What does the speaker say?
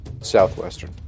Southwestern